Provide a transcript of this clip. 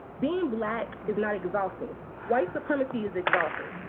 being black is not exhausting white supremacy is exhausting,